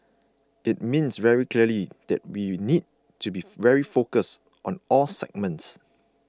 it means very clearly that we need to beef very focused on all segments